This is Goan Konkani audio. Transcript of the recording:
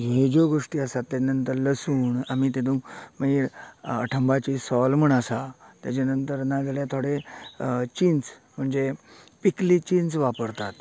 हे ज्यो गोष्टी आसात तें नंतर लसूण आमी तेतून मागीर अटंबाची सोल म्हणोन आसा तेज नंतर ना जाल्यार थोडे चिंच म्हणजे पिकली चिंच वापरतात